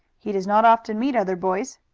he does not often meet other boys.